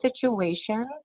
situation